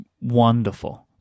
wonderful